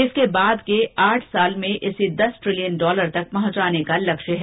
इसके बाद के आठ वर्ष में इसे दस ट्रिलियन डॉलर तक पहुंचाने का लक्ष्य है